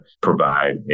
provide